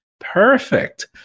perfect